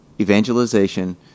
evangelization